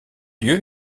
lieu